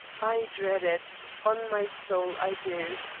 i dread it on my soul i do.